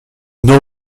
nord